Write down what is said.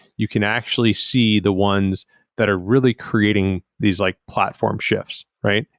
you can actually see the ones that are really creating these like platform shifts, right?